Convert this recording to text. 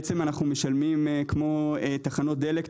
אנחנו משלמים כמו תחנות דלק,